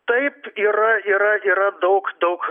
taip yra yra yra daug daug